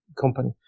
company